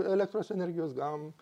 elektros energijos gavom